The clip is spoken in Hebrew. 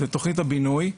זו תוכנית הבינוי.